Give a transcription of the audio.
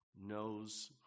knows